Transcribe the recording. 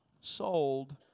sold